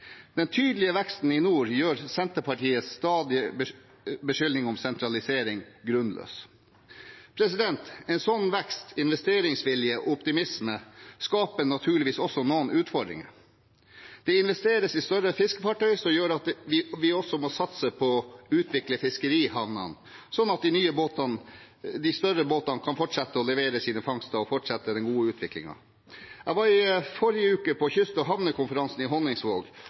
Den tydelige veksten i nord gjør Senterpartiets stadige beskyldninger om sentralisering grunnløse. En sånn vekst, investeringsvilje og optimisme skaper naturligvis også noen utfordringer. Det investeres i større fiskefartøy, som gjør at vi også må satse på å utvikle fiskerihavnene, sånn at de nye, større båtene kan fortsette å levere sine fangster og fortsette den gode utviklingen. Jeg var i forrige uke på kyst- og havnekonferansen i Honningsvåg,